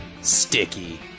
sticky